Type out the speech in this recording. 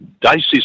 dicey